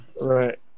right